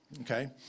okay